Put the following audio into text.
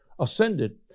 ascended